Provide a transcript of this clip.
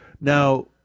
Now